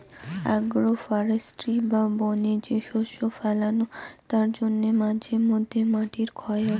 agro forestry বা বনে যে শস্য ফোলানো হয় তার জন্যে মাঝে মধ্যে মাটি ক্ষয় হয়